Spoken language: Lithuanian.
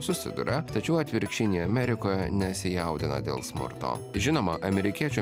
susiduria tačiau atvirkščiai nei amerikoje nesijaudina dėl smurto žinoma amerikiečių